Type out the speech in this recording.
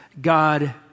God